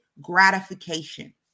gratification